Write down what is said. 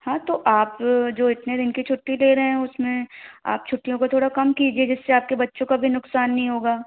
हाँ तो आप जो इतने दिन की छुट्टी ले रहें उसमें आप छुट्टियों को थोड़ा कम कीजिए जिससे आपके बच्चों का भी नुक़सान नी होगा